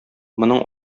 моның